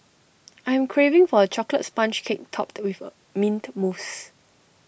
I am craving for A Chocolate Sponge Cake Topped with A Mint Mousse